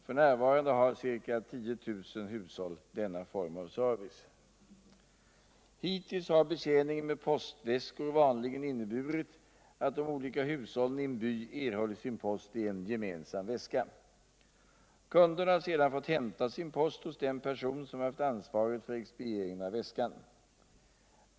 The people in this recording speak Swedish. F.n. har ca 10.000 hushåll denna form av service. Hitills har betjäningen med postväskor vanligen inneburit att de olika hushållen i en by erhållit sin post i en gemensam väska. Kunderna har sedan fått hämta sin post hos den person som haft ansvaret för expedieringen av väskan.